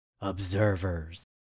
observers